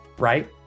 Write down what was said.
Right